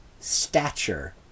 Stature